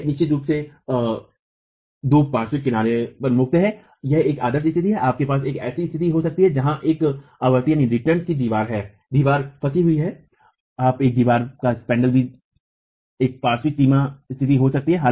यह निश्चित रूप से दो पार्श्व किनारों पर मुक्त है यह एक आदर्श स्थिति है आपके पास एक ऐसी स्थिति हो सकती है जहां एक आवृत्ति की दीवार है दीवार फंसी हुई है आप एक दीवार का स्पैन्ड्रेल भी एक पार्श्व सीमा स्थिति हो सकते हैं